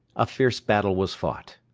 a fierce battle was fought.